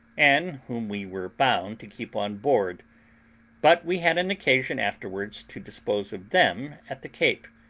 and whom we were bound to keep on board but we had an occasion afterwards to dispose of them at the cape,